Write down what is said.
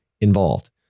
involved